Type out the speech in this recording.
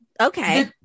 Okay